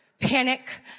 Panic